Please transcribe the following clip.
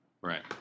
Right